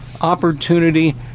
opportunity